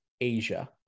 Asia